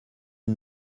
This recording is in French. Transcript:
une